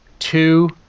Two